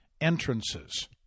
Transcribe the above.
Entrances